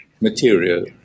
material